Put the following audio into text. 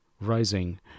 rising